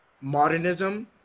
modernism